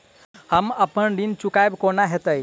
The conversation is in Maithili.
हम अप्पन ऋण चुकाइब कोना हैतय?